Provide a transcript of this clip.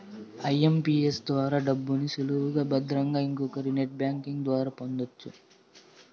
IMPS ద్వారా డబ్బుని సులువుగా భద్రంగా ఇంకొకరికి నెట్ బ్యాంకింగ్ ద్వారా పొందొచ్చు